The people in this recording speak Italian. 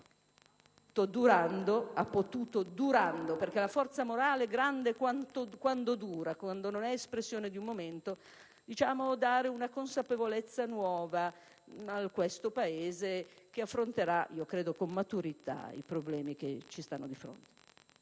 ha potuto, durando (perché la forza morale è grande quando dura, quando non è espressione di un momento), dare una consapevolezza nuova a questo Paese che affronterà, io credo con maturità, i problemi che ha di fronte